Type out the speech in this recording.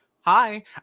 Hi